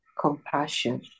compassion